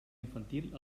infantil